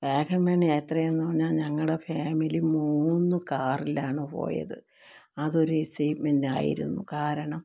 വാഗമൺ യാത്രയെന്ന് പറഞ്ഞാൽ ഞങ്ങളുടെ ഫാമിലി മൂന്ന് കാറിലാണ് പോയത് അതൊരു എക്സെയ്റ്റ്മെൻറ്റായിരുന്നു കാരണം